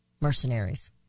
Mercenaries